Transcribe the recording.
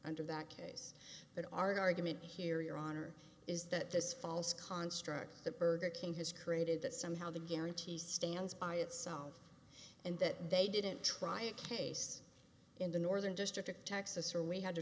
under that case but our argument here your honor is that this false construct that burger king has created that somehow the guarantee stands by itself and that they didn't try a case in the northern district texas or we had to